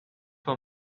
for